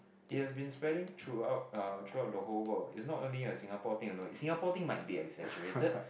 it has been spreading throughout uh throughout the whole world it's not only a Singapore thing you know Singapore thing might be exaggerated